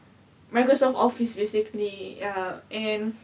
microsoft office basically err and